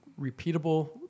repeatable